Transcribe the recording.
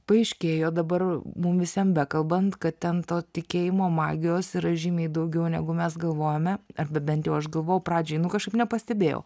paaiškėjo dabar mum visiem bekalbant kad ten to tikėjimo magijos yra žymiai daugiau negu mes galvojome ar bent jau aš galvojau pradžiai nu kažkaip nepastebėjau